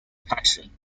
passion